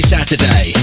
Saturday